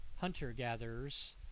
hunter-gatherers